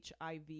HIV